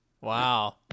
wow